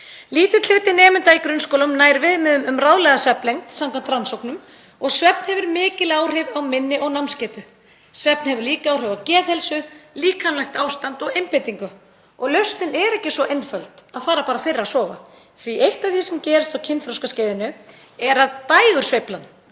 Lítill hluti nemenda í grunnskólunum nær viðmiðum um ráðlagða svefnlengd samkvæmt rannsóknum og svefn hefur mikil áhrif á minni og námsgetu. Svefn hefur líka áhrif á geðheilsu, líkamlegt ástand og einbeitingu. Lausnin er ekki svo einföld að fara bara fyrr að sofa því að eitt af því sem gerist á kynþroskaskeiðinu er að dægursveiflan